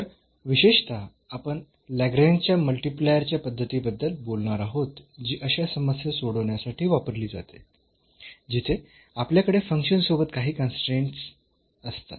तर विशेषतः आपण लाग्रेंजच्या मल्टिप्लायर Lagrange's multiplier च्या पद्धतीबद्दल बोलणार आहोत जी अश्या समस्या सोडवण्यासाठी वापरली जाते जिथे आपल्याकडे फंक्शन सोबत काही कन्स्ट्रेन्ट्स असतात